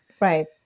Right